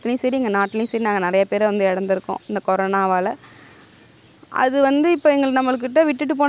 இப்போ தமிழ்நாடு அரசு அதுக்கு தான் வந்து என்னா செஞ்சியிருக்கு நிறைய திட்டங்கள் வந்து கொண்டுகிட்டு வந்து இருக்கு நான் முதல்வன் திட்டம்